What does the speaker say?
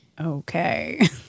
Okay